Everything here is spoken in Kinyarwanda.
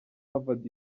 harvard